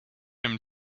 him